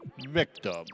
Victim